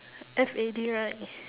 F A D right